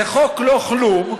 זה חוק לא כלום,